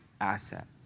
asset